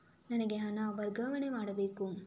ನನಗೆ ಹಣ ವರ್ಗಾವಣೆ ಮಾಡಬೇಕು